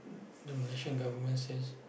the Malaysian government says